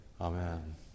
Amen